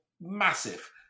massive